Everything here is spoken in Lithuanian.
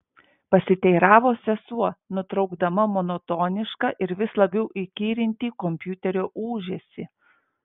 pasiteiravo sesuo nutraukdama monotonišką ir vis labiau įkyrintį kompiuterio ūžesį